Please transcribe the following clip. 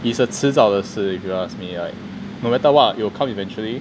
it's a 迟早的事 if you ask me like no matter what it will come eventually